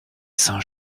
saint